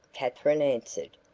katherine answered.